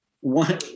one